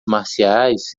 marciais